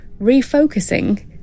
Refocusing